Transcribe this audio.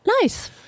Nice